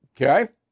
Okay